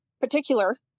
particular